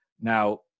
Now